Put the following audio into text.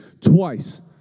twice